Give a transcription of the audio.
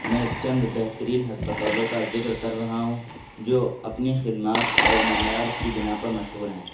میں چند بہترین ہسپتالوں کا ذکر کر رہا ہوں جو اپنی خدمات اور معیار کی بنا پر مشہور ہیں